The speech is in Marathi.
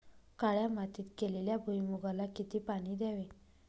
काळ्या मातीत केलेल्या भुईमूगाला किती पाणी द्यावे?